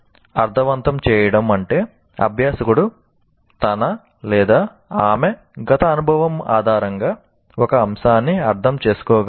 అర్ధవంతం చేయడం అంటే అభ్యాసకుడు తన ఆమె గత అనుభవం ఆధారంగా ఒక అంశాన్ని అర్థం చేసుకోగలడు